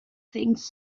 things